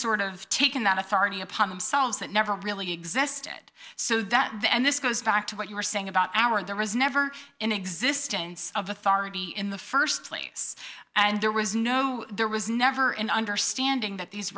sort of taken that authority upon themselves that never really existed so that the and this goes back to what you were saying about our there was never an existence of authority in the st place and there was no there was never an understanding that these